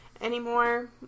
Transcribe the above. anymore